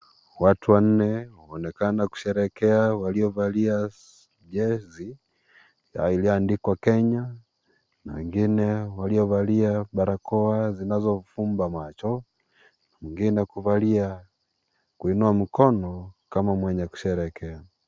Watu wanne huonekana kusherehekea waliovalia jesi iliyoandikwa "Kenya" na ingine waliovalia barakoa zinazovumba macho, wengine kuvalia kuinua mkono kwa mwenye kusherehekea.